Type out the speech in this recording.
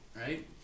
right